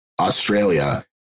Australia